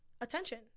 attention